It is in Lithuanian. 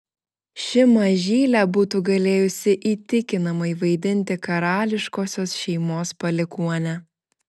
ši mažylė būtų galėjusi įtikinamai vaidinti karališkosios šeimos palikuonę